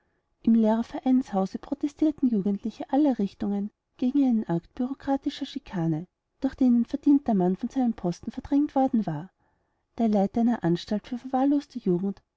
im lehrervereinshause protestierten jugendliche aller richtungen gegen einen akt bureaukratischer schikane durch den ein verdienter mann von seinem posten verdrängt worden war der leiter einer anstalt für verwahrloste jugend